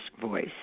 voice